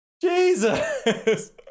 jesus